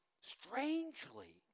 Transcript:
strangely